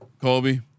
Colby